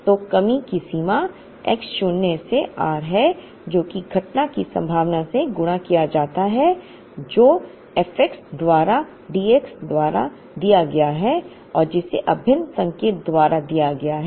तो कमी की सीमा x शून्य से r है जो कि घटना की संभावना से गुणा किया जाता है जो f x द्वारा d x द्वारा दिया गया है और जिसे अभिन्न संकेत द्वारा दिया गया है